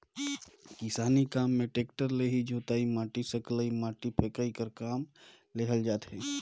किसानी काम मे टेक्टर ले ही जोतई, माटी सकलई, माटी फेकई कर काम लेहल जाथे